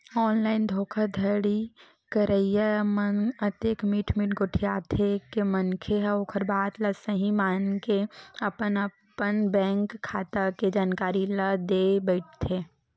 online धोखाघड़ी करइया मन अतेक मीठ मीठ गोठियाथे के मनखे ह ओखर बात ल सहीं मानके अपन अपन बेंक खाता के जानकारी ल देय बइठथे